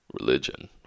religion